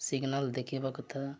signal ଦେଖିବା କଥା